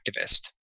activist